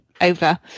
over